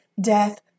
death